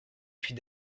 fut